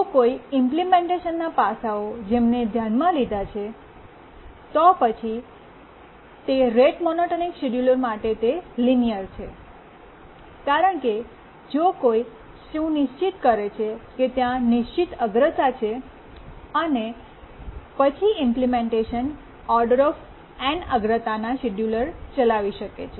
જો કોઈ ઇમ્પ્લિમેન્ટેશનના પાસાઓ જેમને ધ્યાનમાં લીધા છે તો પછી તે રેટ મોનોટોનિક શિડ્યુલર માટે તે લિનીઅર છે કારણ કે જો કોઈ સુનિશ્ચિત કરે છે કે ત્યાં નિશ્ચિત અગ્રતા છે અને પછી ઇમ્પ્લિમેન્ટેશન O અગ્રતામાં શેડ્યૂલર ચલાવી શકે છે